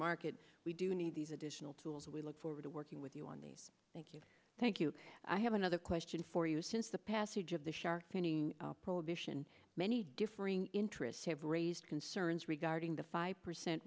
market we do need these additional tools we look forward to working with you on the thank you thank you i have another question for you since the passage of the shark finning prohibition many differing interests have raised concerns regarding the five percent